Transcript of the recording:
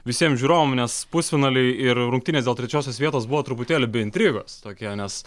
visiem žiūrovam nes pusfinaliai ir rungtynės dėl trečiosios vietos buvo truputėlį be intrigos tokie nes